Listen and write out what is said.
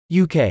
UK